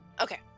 Okay